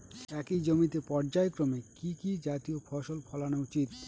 একই জমিতে পর্যায়ক্রমে কি কি জাতীয় ফসল ফলানো উচিৎ?